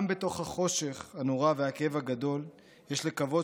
גם בתוך החושך הנורא והכאב הגדול יש לקוות